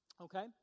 Okay